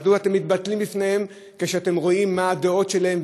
מדוע אתם מתבטלים בפניהם כשאתם רואים מה הדעות שלהם,